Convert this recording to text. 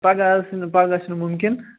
پگاہ آسہِ نہٕ پگاہ چھُنہٕ مُمکِن